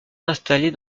installé